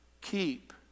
keep